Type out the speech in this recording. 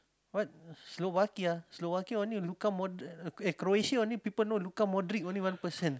what Slovakia Slovakia only Luka Mod~ eh Croatia only people know Luka-Modric only one person